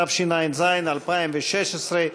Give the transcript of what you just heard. התשע"ז 2016,